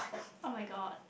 [oh]-my-god